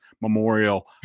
Memorial